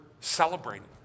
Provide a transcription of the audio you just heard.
celebrating